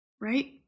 Right